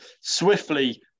swiftly